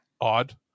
odd